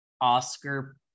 oscar